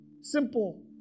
simple